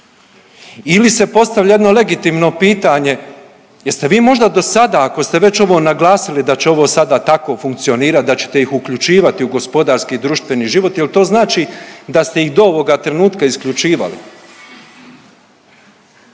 Ili se postavlja jedno legitimno pitanje, jeste vi možda do sada, ako ste već ovo naglasili da će ovo sada tako funkcionirati, da ćete ih uključivati u gospodarski i društveni život, je li to znači da ste ih do ovoga trenutka isključivali?